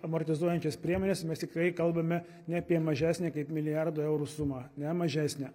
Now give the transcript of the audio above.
amortizuojančias priemones mes tikrai kalbame ne apie mažesnę kaip milijardo eurų sumą ne mažesnę